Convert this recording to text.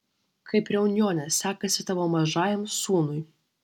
kaip reunjone sekasi tavo mažajam sūnui